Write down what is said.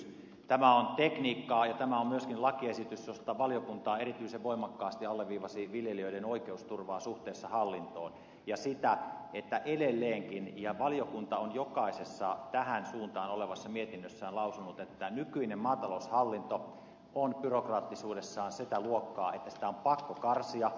tämä on tekniikkaa ja tämä on myöskin lakiesitys josta valiokunta erityisen voimakkaasti alleviivasi viljelijöiden oikeusturvaa suhteessa hallintoon ja sitä että edelleenkin ja valiokunta on jokaisessa tähän suuntaan olevassa mietinnössään näin lausunut nykyinen maataloushallinto on byrokraattisuudessaan sitä luokkaa että sitä on pakko karsia